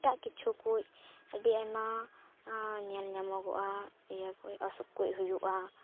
ᱮᱴᱟᱜ ᱠᱤᱪᱷᱩ ᱠᱩᱪ ᱟᱹᱰᱤ ᱟᱭᱢᱟ ᱧᱮᱞ ᱧᱟᱢᱚᱜᱚᱜᱟ ᱤᱭᱟᱹ ᱠᱩᱪ ᱟᱥᱩᱠ ᱠᱩᱪ ᱦᱩᱭᱩᱜᱼᱟ